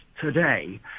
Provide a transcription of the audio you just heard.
Today